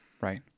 Right